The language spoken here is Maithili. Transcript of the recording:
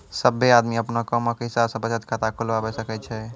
सभ्भे आदमी अपनो कामो के हिसाब से बचत खाता खुलबाबै सकै छै